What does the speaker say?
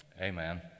amen